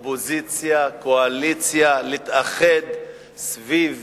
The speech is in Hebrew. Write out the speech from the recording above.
כמה סיעות, אופוזיציה, קואליציה, סביב